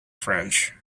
french